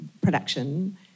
production